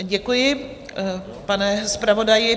Děkuji, pane zpravodaji.